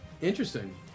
Interesting